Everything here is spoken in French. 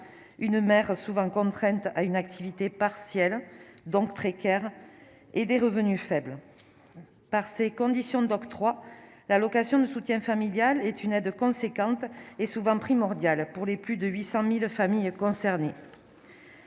une mère souvent contraintes à une activité partielle, donc précaire et des revenus faibles par ses conditions d'octroi, l'allocation de soutien familial est une aide conséquente et souvent primordial pour les plus de 800000 familles concernées.